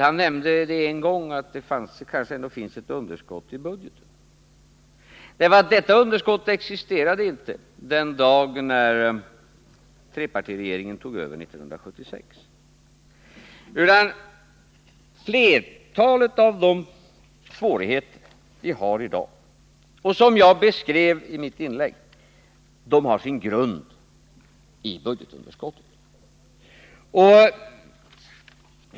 Han nämnde en gång i anförandet att det kanske ändå finns ett underskott i budgeten. Detta underskott existerade inte den dag då trepartiregeringen tog över 1976, utan flertalet av de svårigheter vi har i dag och som jag beskrev i mitt inlägg har sin grund i budgetunderskottet.